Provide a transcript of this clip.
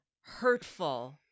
hurtful